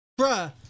Bruh